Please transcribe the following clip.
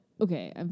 Okay